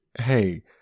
Hey